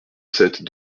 sept